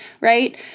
right